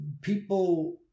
people